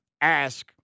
ask